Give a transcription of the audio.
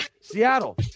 Seattle